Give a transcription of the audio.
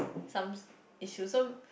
some issues so